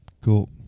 Cool